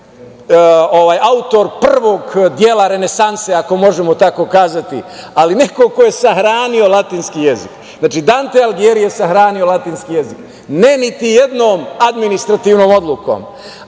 autor prvog dela renesanse, ako možemo tako reći, ali neko ko je sahranio latinski jezik. Znači, Dante Algijeri je sahranio latinski jezik ne niti jednom administrativnom odlukom,